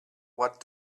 what